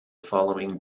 following